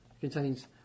contains